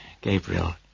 Gabriel